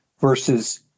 versus